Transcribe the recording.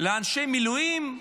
לאנשי מילואים,